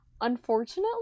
Unfortunately